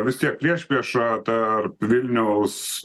vis tiek priešprieša tarp vilniaus